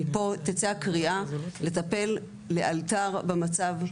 מפה תצא הקריאה לטפל לאלתר במצב.